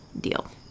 deal